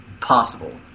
possible